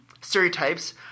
stereotypes